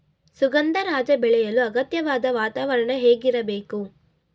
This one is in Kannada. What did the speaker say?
ಸುಗಂಧರಾಜ ಬೆಳೆಯಲು ಅಗತ್ಯವಾದ ವಾತಾವರಣ ಹೇಗಿರಬೇಕು?